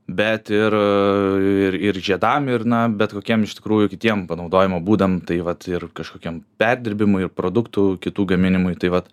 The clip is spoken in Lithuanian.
bet ir ir ir žiedam ir na bet kokiem iš tikrųjų kitiem panaudojimo būdam tai vat ir kažkokiam perdirbimui ir produktų kitų gaminimui tai vat